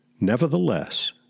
Nevertheless